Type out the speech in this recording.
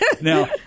Now